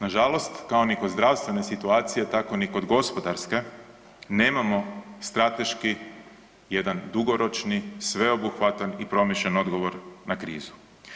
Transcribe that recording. Nažalost, kao ni kod zdravstvene situacije tako ni kod gospodarske nemamo strateški jedan dugoročni, sveobuhvatan i promišljen odgovor na krizu.